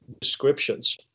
descriptions